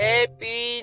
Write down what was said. Happy